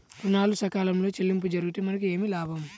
ఋణాలు సకాలంలో చెల్లింపు జరిగితే మనకు ఏమి లాభం?